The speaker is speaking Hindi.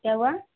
क्या हुआ